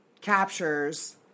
captures